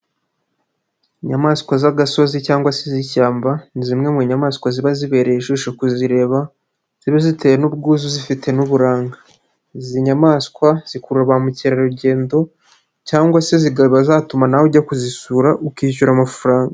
Inyamaswa z'agasozi cyangwa se iz'ishyamba ni zimwe mu nyamaswa ziba zibereye ijisho kuzireba, ziba zitewe n'ubwuzu zifite n'uburanga, izi nyamaswa zikurura ba mukerarugendo cyangwa se zikaba zatuma nawe ujya kuzisura ukishyura amafaranga.